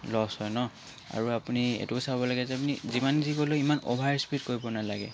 Los হয় ন আৰু আপুনি এইটোও চাব লাগে যে আপুনি যিমান যি কৰিলেও ইমান অভাৰ স্পিড কৰিব নালাগে